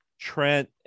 Trent –